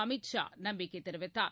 அமீத் ஷா நம்பிக்கை தெரிவித்தார்